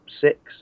six